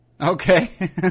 Okay